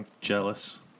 jealous